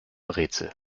rätsel